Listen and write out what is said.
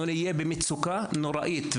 אנחנו נהיה במצוקה נוראית.